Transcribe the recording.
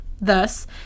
Thus